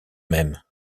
même